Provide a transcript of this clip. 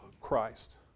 Christ